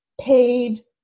paid